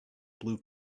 blue